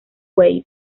wave